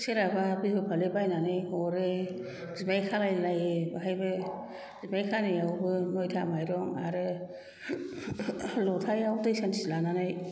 सोरहाबा बिहु फालि बायनानै हरो बिबाय खालायलायो बेहायबो बिबाय खानायावबो नइथा मायरं आरो लथायाव दै सान्थि लानानै